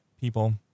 people